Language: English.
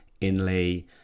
inlay